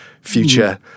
future